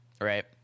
Right